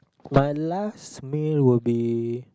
my last meal will be